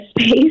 space